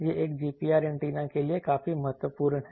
यह एक GPR antenna के लिए काफी महत्वपूर्ण है